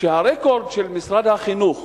שהרקורד של משרד החינוך